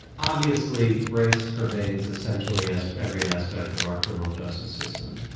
obviously race pervades essentially as every aspect of our criminal justice system.